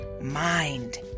mind